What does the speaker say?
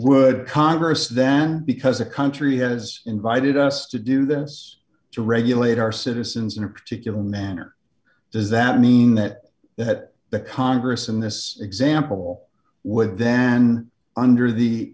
would congress then because a country has invited us to do this to regulate our citizens in a particular manner does that mean that that the congress in this example would then and under the